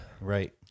Right